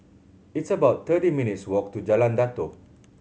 it's about thirty minutes' walk to Jalan Datoh